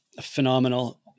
phenomenal